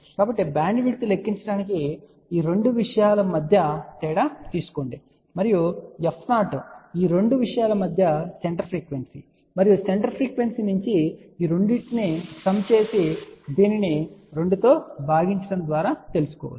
కాబట్టి బ్యాండ్విడ్త్ లెక్కించడానికి ఈ రెండు రెండు విషయాల మధ్య తేడా తీసుకోండి మరియు f0 ఈ రెండు విషయాల మధ్య సెంటర్ ఫ్రీక్వెన్సీ మరియు సెంటర్ ఫ్రీక్వెన్సీ నుంచి ఈ రెండింటి సమ్ చేసి దీనిని 2 తో భాగించడం ద్వారా తెలుసుకోవచ్చు